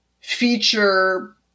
feature